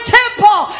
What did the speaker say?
temple